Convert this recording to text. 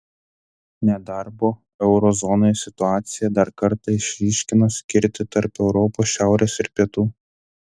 nedarbo euro zonoje situacija dar kartą išryškina skirtį tarp europos šiaurės ir pietų